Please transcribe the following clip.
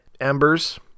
embers